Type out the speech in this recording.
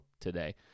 today